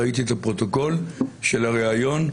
ראיתי את הפרוטוקול של הריאיון,